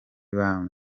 babanye